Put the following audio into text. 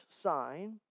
sign